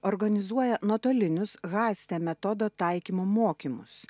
organizuoja nuotolinius haste metodo taikymo mokymus